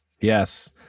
Yes